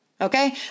Okay